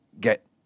get